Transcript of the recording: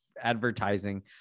advertising